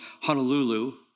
Honolulu